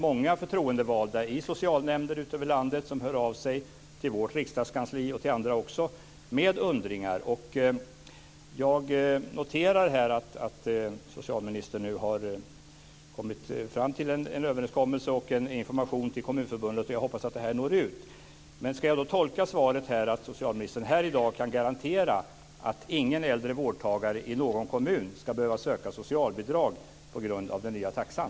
Många förtroendevalda i socialnämnder runtom i landet hör av sig med funderingar till vårt riksdagskansli och även till andra. Jag noterar att socialministern nu har kommit fram till en överenskommelse med och information till Kommunförbundet, och jag hoppas att det når ut. Ska jag tolka svaret så att socialministern här i dag kan garantera att ingen äldre vårdtagare i någon kommun ska behöva söka socialbidrag på grund av den nya taxan?